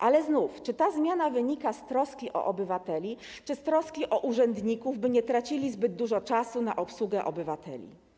Ale znów: Czy ta zmiana wynika z troski o obywateli, czy z troski o urzędników, by nie tracili zbyt dużo czasu na obsługę obywateli?